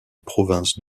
province